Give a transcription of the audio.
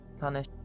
punish